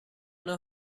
know